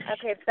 Okay